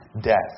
death